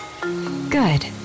Good